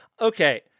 Okay